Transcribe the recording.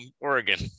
Oregon